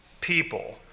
people